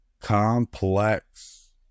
complex